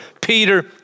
Peter